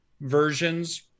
versions